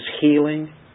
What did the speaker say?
healing